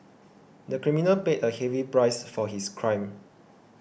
the criminal paid a heavy price for his crime